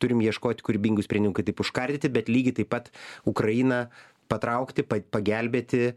turim ieškot kūrybingų sprendimų kai taip užkardyti bet lygiai taip pat ukrainą patraukti pa pagelbėti